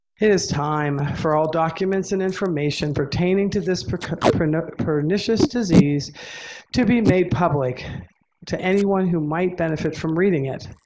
it is time for all documents and information pertaining to this pernicious pernicious disease to be made public to anyone who might benefit from reading it.